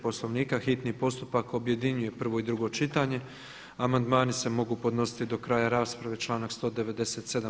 Poslovnika hitni postupak objedinjuje prvo i drugo čitanje a amandmani se mogu podnositi do kraja rasprave članak 197.